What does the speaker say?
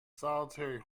solitary